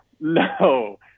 no